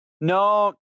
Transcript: No